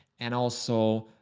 and also